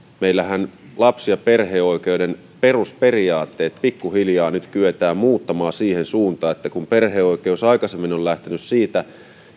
meillähän lapsi ja perheoikeuden perusperiaatteet kyetään nyt pikkuhiljaa muuttamaan siihen suuntaan että kun perheoikeus aikaisemmin on lähtenyt siitä